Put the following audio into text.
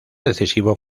decisivo